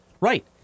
right